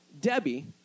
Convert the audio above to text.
Debbie